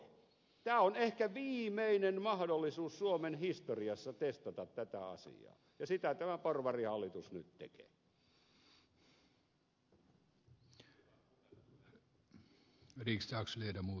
tämä on ehkä viimeinen mahdollisuus suomen historiassa testata tätä asiaa ja sitä tämä porvarihallitus nyt tekee